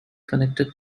connected